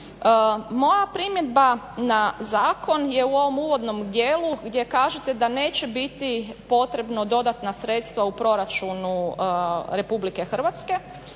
Moja primjedba na zakon je u ovom uvodnom dijelu gdje kažete da neće biti potrebno dodatna sredstva u proračunu RH jer ja smatram